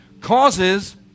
causes